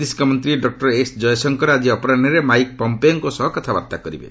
ବୈଦେଶିକ ମନ୍ତ୍ରୀ doctor S Jaishankar ଆଜି ଅପରାହୁରେ ମାଇକ୍ ପମ୍ପେଓଙ୍କ ସହ କଥାବାର୍ତ୍ତା କରିବେ